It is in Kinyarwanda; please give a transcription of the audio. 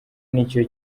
nicyo